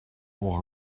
aura